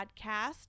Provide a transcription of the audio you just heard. Podcast